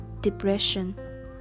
depression